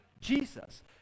Jesus